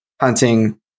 Hunting